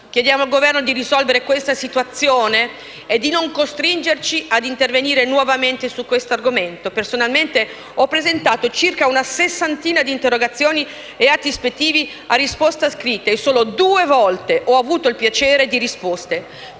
chiede al Governo di risolvere questa situazione e di non costringerci ad intervenire nuovamente su questo argomento. Personalmente ho presentato circa una sessantina tra interrogazioni e atti ispettivi a risposta scritta e solo due volte ho avuto il piacere di avere risposta.